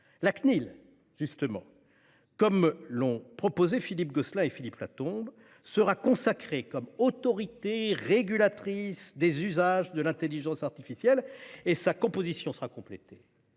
La Cnil, justement, comme l'ont proposé Philippe Gosselin et Philippe Latombe, sera consacrée comme autorité régulatrice des usages de l'intelligence artificielle. Sa composition sera complétée